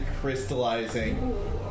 crystallizing